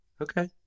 okay